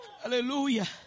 Hallelujah